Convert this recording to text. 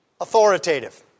authoritative